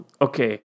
Okay